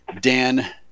Dan